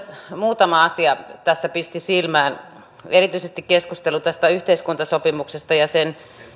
muutama asia tässä pisti silmään erityisesti keskustelu yhteiskuntasopimuksesta ja sen mahdollisuuksista